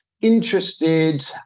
interested